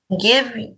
Give